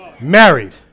Married